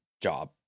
job